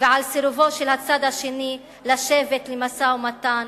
ועל סירובו של הצד השני לשבת למשא-ומתן.